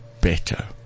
Better